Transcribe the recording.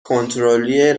کنترلی